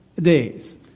days